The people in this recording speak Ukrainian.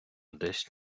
десь